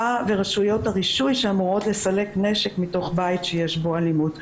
ורשויות הרישוי שאמורות לסלק נשק מתוך בית שיש בו אלימות.